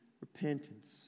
repentance